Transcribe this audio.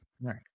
right